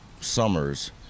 summers